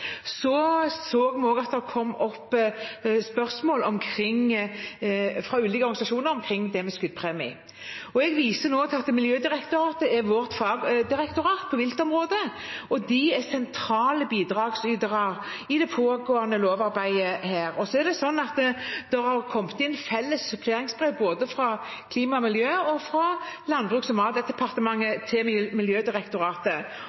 så vi også at det kom opp spørsmål fra ulike organisasjoner omkring det med skuddpremie. Jeg viser nå til at Miljødirektoratet er vårt fagdirektorat på viltområdet, og de er sentrale bidragsytere i dette pågående lovarbeidet. Det har også kommet inn felles suppleringsbrev fra både Klima- og miljødepartementet og Landbruks- og matdepartementet til Miljødirektoratet, og de har